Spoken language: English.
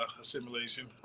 assimilation